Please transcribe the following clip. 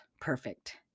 perfect